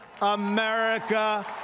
America